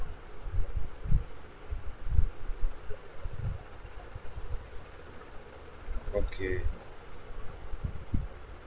okay